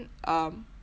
um